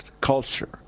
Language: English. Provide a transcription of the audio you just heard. culture